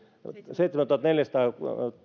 seitsemäntuhattaneljäsataa